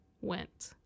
went